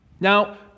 Now